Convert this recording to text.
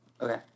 Okay